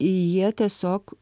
jie tiesiog